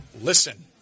listen